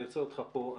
אני עוצר אותך פה,